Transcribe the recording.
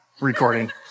recording